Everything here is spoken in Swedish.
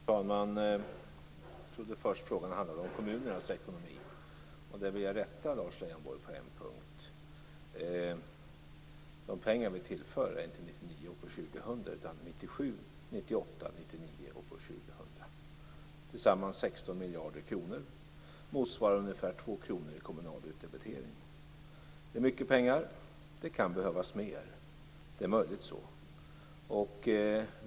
Fru talman! Jag trodde först att frågan handlade om kommunernas ekonomi. Jag vill rätta Lars Leijonborg på en punkt. De pengar som vi tillför avser inte Tillsammans handlar det om 16 miljarder kronor, vilket motsvarar ungefär 2 kr i kommunal utdebitering. Det är mycket pengar, och det är möjligt att det kan behövas mer.